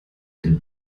den